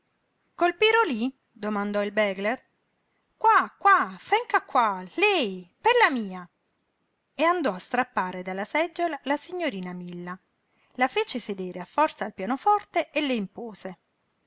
vera col pirolí domandò il begler qua qua fenga qua lei pella mia e andò a strappare dalla seggiola la signorina milla la fece sedere a forza al pianoforte e le impose